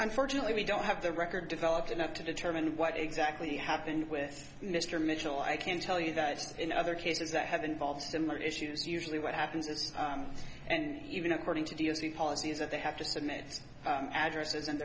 unfortunately we don't have the record developed enough to determine what exactly happened with mr mitchell i can tell you that in other cases that have involved similar issues usually what happens is and even according to deals with policies that they have to submit addresses and